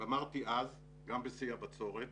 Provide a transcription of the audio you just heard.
ואמרתי אז, גם בשיא הבצורת,